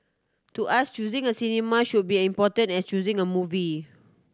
to us choosing a cinema should be important as choosing a movie